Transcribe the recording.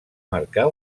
marcar